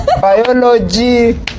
biology